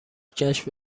کشف